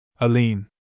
Aline